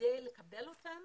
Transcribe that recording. כדי לקבל אותם